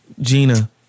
Gina